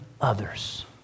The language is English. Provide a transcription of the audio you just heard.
others